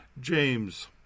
James